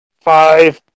five